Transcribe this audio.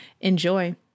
Enjoy